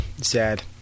Sad